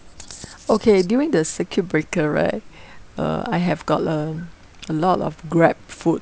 okay during the circuit breaker right uh I have got a a lot of Grabfood